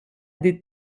des